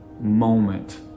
moment